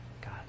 God